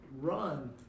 run